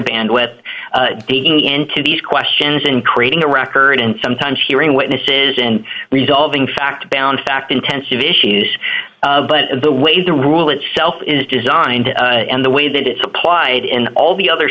band with digging into these questions and creating a record and sometimes hearing witnesses and resolving fact bound fact intensive issues but the way the rule itself is designed and the way that it's applied in all the other